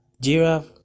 giraffe